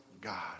God